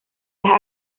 las